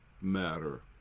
matter